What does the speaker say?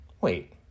Wait